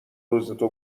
روزتو